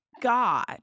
God